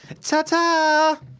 Ta-ta